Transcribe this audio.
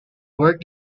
work